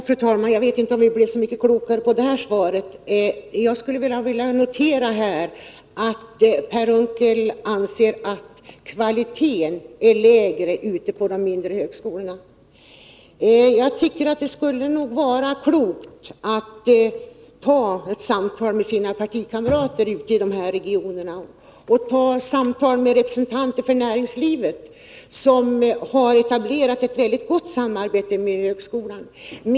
Fru talman! Jag vet inte om vi blev så mycket klokare av detta svar. Jag noterar att Per Unckel anser att kvaliteten är sämre på de mindre högskolorna. Det vore klokt om han tog ett samtal med sina partikamrater på dessa orter och med näringslivet, som har etablerat ett mycket gott samarbete med högskolan.